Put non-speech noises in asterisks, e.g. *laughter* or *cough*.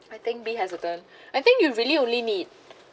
I think be hesitant *breath* I think you really only need